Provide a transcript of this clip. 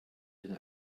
den